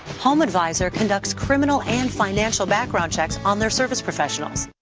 home advisor conducts criminal and financial background checks on their service professionals.